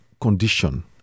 condition